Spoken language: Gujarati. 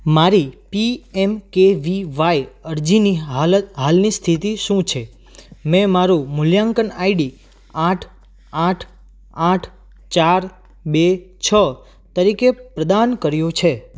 મારી P M K V Y અરજીની હાલની સ્થિતિ શું છે મેં મારું મૂલ્યાંકન આઈડી આઠ આઠ આઠ ચાર બે છ તરીકે પ્રદાન કર્યું છે